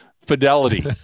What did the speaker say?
fidelity